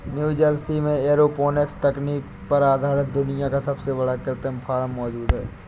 New Jersey में aeroponics तकनीक पर आधारित दुनिया का सबसे बड़ा कृत्रिम फार्म मौजूद है